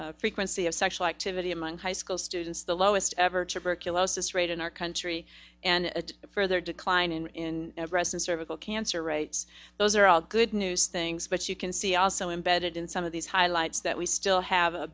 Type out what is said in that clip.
of frequency of sexual activity among high school students the lowest ever cheaper kilo's this rate in our country and a further decline in resident cervical cancer rates those are all good news things but you can see also embedded in some of these highlights that we still have a